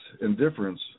indifference